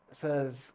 says